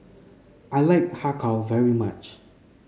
I like Har Kow very much